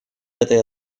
этой